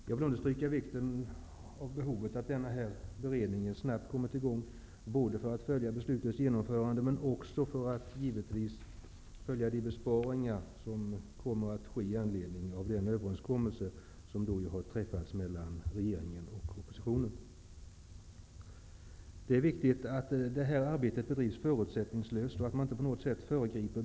Jag vill understryka behovet av att denna beredning snabbt kommer i gång, givetvis också för att följa de besparingar som kommer att ske i anledning av den överenskommelse som har träffats mellan regeringen och socialdemokraterna. Det är viktigt att beredningens arbete bedrivs förutsättningslöst och att det inte på något sätt föregrips.